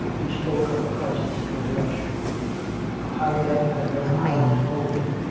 he spoke of christ's resurrection of how death had no power to hold him,